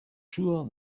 sure